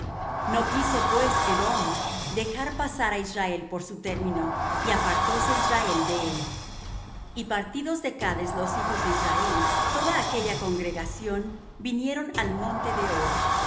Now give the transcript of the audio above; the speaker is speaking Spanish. no quiso pues edom dejar pasar á israel por su término y apartóse israel de él y partidos de cades los hijos de israel toda aquella congregación vinieron al monte de hor